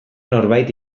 norbait